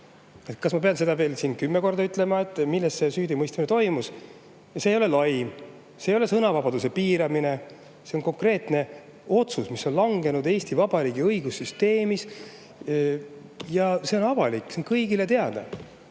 Kas ma pean seda veel kümme korda ütlema, milles süüdimõistmine toimus? See ei ole laim, see ei ole sõnavabaduse piiramine. See on konkreetne otsus, mis on langenud Eesti Vabariigi õigussüsteemis, ja see on avalik, see on kõigile teada.